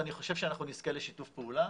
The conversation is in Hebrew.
ואני חושב שאנחנו נזכה לשיתוף פעולה.